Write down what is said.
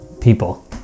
people